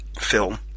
film